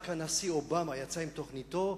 רק יצא הנשיא אובמה עם תוכניתו,